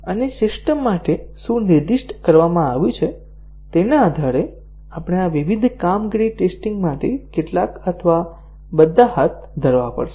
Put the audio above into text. અને સિસ્ટમ માટે શું નિર્દિષ્ટ કરવામાં આવ્યું છે તેના આધારે આપણે આ વિવિધ કામગીરી ટેસ્ટીંગ માંથી કેટલાક અથવા બધા હાથ ધરવા પડશે